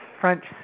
French